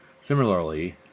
Similarly